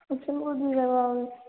उछल कूद भी करवाओगे